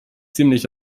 ziemlich